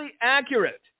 accurate